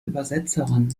übersetzerin